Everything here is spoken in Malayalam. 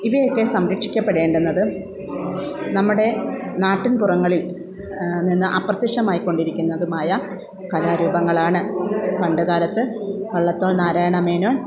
ഇവയൊക്കെ സംരക്ഷിക്കപ്പെടേണ്ടുന്നത് നമ്മുടെ നാട്ടിൻപുറങ്ങളിൽ നിന്ന് അപ്രത്യക്ഷമായികൊണ്ടിരിക്കുന്നതുമായ കലാരൂപങ്ങളാണ് പണ്ടുകാലത്ത് വള്ളത്തോൾ നാരായണമേനോൻ